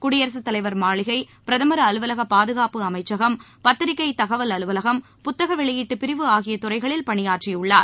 குடியரகத்தலைவர் மாளிகை பிரதம் அலுவலகம் பாதுகாப்பு அமைச்சகம் பத்திரிக்கை தகவல் அலுவலகம் புத்தக வெளியீட்டுப்பிரிவு ஆகிய துறைகளில் பணியாற்றியுள்ளார்